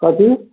कथी